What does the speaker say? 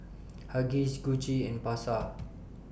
Huggies Gucci and Pasar